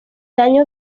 daño